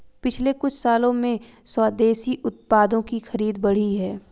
पिछले कुछ सालों में स्वदेशी उत्पादों की खरीद बढ़ी है